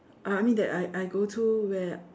uh I mean that I I go to where